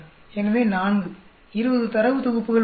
எனவே 4 20 தரவு தொகுப்புகள் உள்ளன